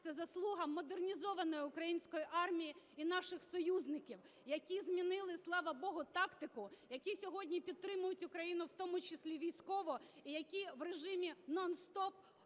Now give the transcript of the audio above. це заслуга модернізованої української армії і наших союзників, які змінили, слава Богу, тактику, які сьогодні підтримують Україну, в тому числі військово, і які в режимі нон-стоп,